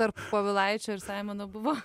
tarp povilaičio ir saimono buvo